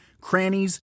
crannies